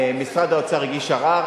משרד האוצר הגיש ערר,